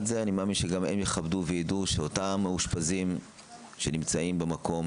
זה אני מאמין שגם הם יכבדו וידעו שאותם מאושפזים שנמצאים במקום,